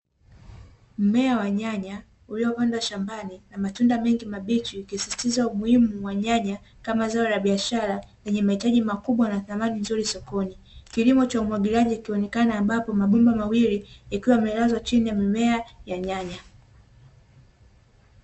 Mmea wa nyanya, uliopandwa shambani na matunda mengi mabichi, ikisisitiza umuhimu wa nyanya kama zao la biashara, lenye mahitaji makubwa na thamani nzuri sokoni. Kilimo cha umwagiliaji kikionekana, ambapo mabomba mawili yakiwa yamelazwa chini ya mimea ya nyanya.